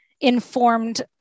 informed